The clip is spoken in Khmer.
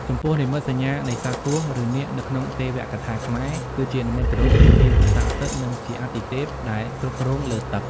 ចំពោះនិមិត្តសញ្ញានៃ សត្វពស់ ឬនាគនៅក្នុងទេវកថាខ្មែរ គឺជានិមិត្តរូបនៃភាពស័ក្តិសិទ្ធិ និងជាអាទិទេពដែលគ្រប់គ្រងលើទឹក។